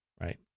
right